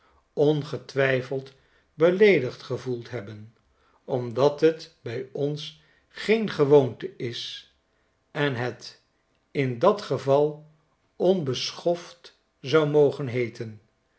ongetwijfeld beleedigd gevoeld hebben omdat het bij ons geen gewoonte is en het in dat geval onbeschoft zou mogen heeten